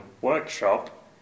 workshop